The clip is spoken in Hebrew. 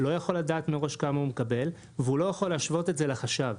לא יכול לדעת מראש כמה הוא מקבל והוא לא יכול להשוות את זה לחש"ב.